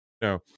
No